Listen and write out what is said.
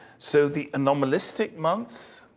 so the anomalistic month,